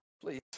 please